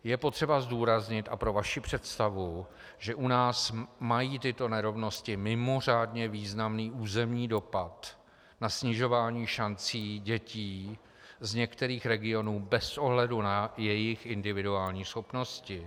Je potřeba zdůraznit, a pro vaši představu, že u nás mají tyto nerovnosti mimořádně významný územní dopad na snižování šancí dětí z některých regionů bez ohledu na jejich individuální schopnosti.